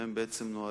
והם בעצם נועדו,